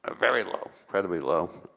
ah very low, incredibly low,